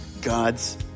God's